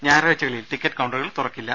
ഞായറാഴ്ചകളിൽ ടിക്കറ്റ് കൌണ്ടറുകൾ തുറക്കില്ല